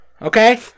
Okay